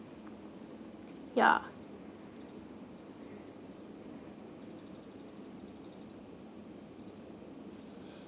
ya